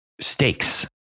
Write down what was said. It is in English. stakes